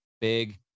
big